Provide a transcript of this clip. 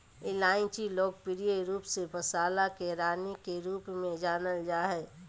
इलायची लोकप्रिय रूप से मसाला के रानी के रूप में जानल जा हइ